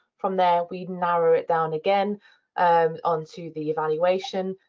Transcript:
from there, we narrow it down again um onto the evaluation,